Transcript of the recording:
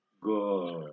Good